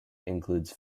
includes